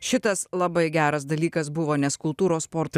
šitas labai geras dalykas buvo nes kultūros sporto